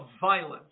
violence